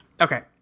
Okay